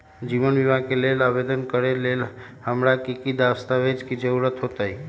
जीवन बीमा के लेल आवेदन करे लेल हमरा की की दस्तावेज के जरूरत होतई?